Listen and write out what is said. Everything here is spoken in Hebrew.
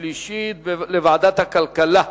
וקריאה שלישית לוועדת הכלכלה.